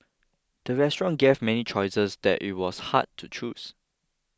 the restaurant gave many choices that it was hard to choose